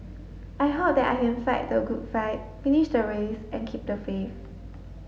I hope that I can fight the good fight finish the race and keep the faith